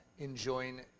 enjoying